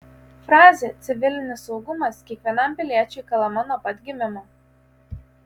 frazė civilinis saugumas kiekvienam piliečiui kalama nuo pat gimimo